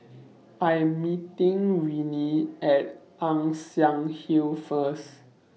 I Am meeting Renee At Ann Siang Hill First